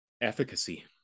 efficacy